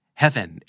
heaven